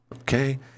Okay